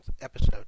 episode